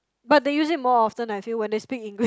but they use it more often I feel it when they speak English